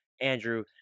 andrew